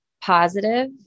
positive